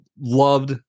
loved